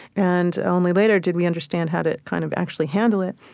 and only later did we understand how to kind of actually handle it.